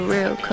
Real